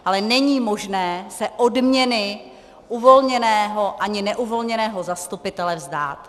Ale není možné se odměny uvolněného ani neuvolněného zastupitele vzdát.